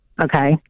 Okay